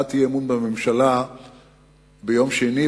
כהצעת אי-אמון בממשלה ביום שני,